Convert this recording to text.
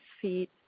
feet